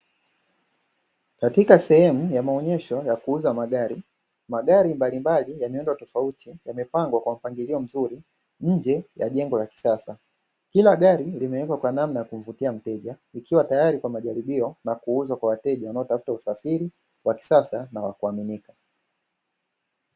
Katika sehemu ya maonyesho ya kuuza magari, magari mbalimbali ya miundo tofauti yamepangwa kwa mpangilio mzuri nje ya jengo la kisasa. Kila gari limewekwa kwa namna ya kumvutia mteja, likiwa tayari kwa majaribio na kuuzwa kwa wateja wanaotafuta usafiri wa kisasa na wa kuaminika.